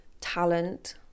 talent